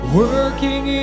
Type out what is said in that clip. working